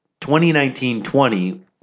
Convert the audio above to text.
2019-20